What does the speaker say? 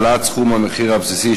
העלאת סכום המחיר הבסיסי),